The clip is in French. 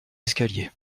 escaliers